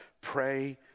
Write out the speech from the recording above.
Pray